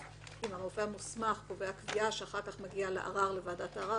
הרופא המוסמך קובע קביעה שאחר כך מגיעה לוועדת הערר.